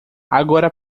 agora